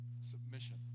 submission